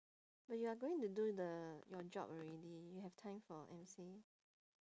but you're going to do the your job already you have time for emcee